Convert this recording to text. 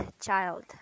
child